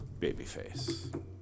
babyface